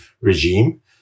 regime